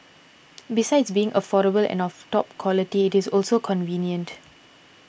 besides being affordable and of top quality it is also convenient